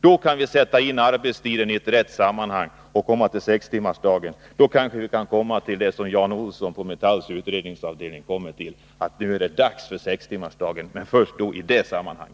Då kan vi sätta in arbetstiden i ett riktigt sammanhang och införa sextimmarsdagen. Då kan vi kanske komma fram till det som Jan Olsson på Metalls utredningsavdelning har gjort, att det nu är dags för sextimmarsdagen, men först i detta sammanhang.